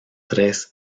tres